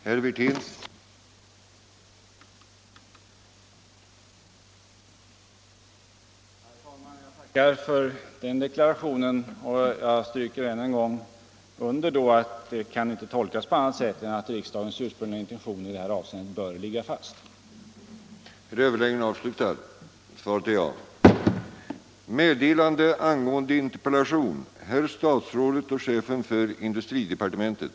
Herr talman! Jag tackar för den Gektanstionen Och jag stryker än en Torsdagen den gång under ätt detta kam inte tölkag på ANnarsatt än att riksdagens ur 6 februari 1975 sprungliga intentioner i det här avseendet bör ligga fast. Västs onndtisst fl gtN AE Meddelande om